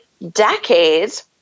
Decades